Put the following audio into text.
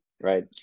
right